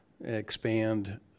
expand